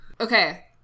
Okay